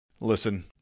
Listen